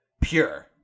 pure